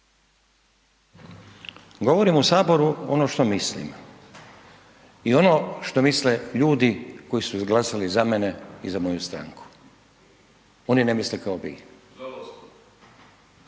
Govorim u Saboru ono što mislim. I ono što misle ljudi koji su glasali za mene i za moju stranku. Oni ne misle kao vi.